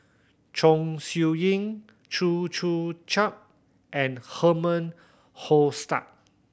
Chong Siew Ying Chew Joo Chiat and Herman Hochstadt